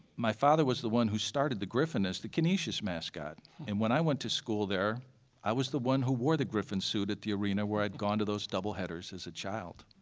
my father was the one who started the griffin as the canisius mascot and when i went to school there i was the one who wore the griffin suit at the arena where i'd gone to those double-headers as a child.